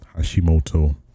Hashimoto